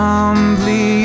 Humbly